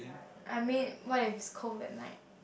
I mean what if it cold that night